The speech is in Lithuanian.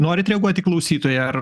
norit reaguot į klausytoją ar